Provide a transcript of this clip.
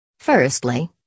Firstly